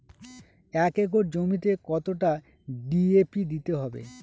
এক একর জমিতে কতটা ডি.এ.পি দিতে হবে?